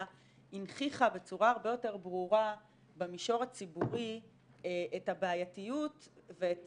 הנכיחה בצורה הרבה יותר ברורה במישור הציבורי את הבעייתיות ואת